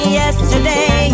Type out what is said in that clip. yesterday